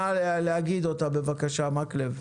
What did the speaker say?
נא להגיד אותה בבקשה, מקלב.